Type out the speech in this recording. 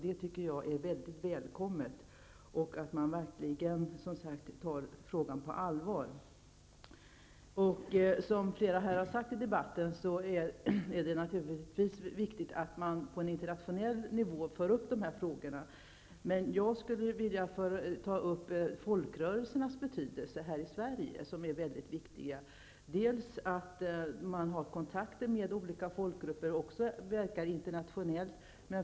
Det och att man verkligen tar frågan på allvar välkomnar jag. Som flera har sagt är det naturligtvis viktigt att man för upp de här frågorna på internationell nivå. För min del skulle jag vilja ta upp folkrörelsernas betydelse i Sverige. Folkrörelserna i Sverige är mycket viktiga. De har kontakter med olika folkgrupper och verkar också internationellt.